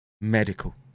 medical